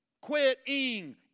quitting